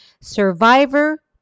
survivor